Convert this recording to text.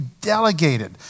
delegated